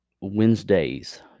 Wednesdays